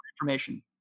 information